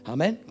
Amen